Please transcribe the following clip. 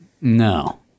No